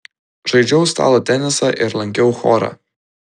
žaidžiau stalo tenisą ir lankiau chorą